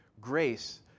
grace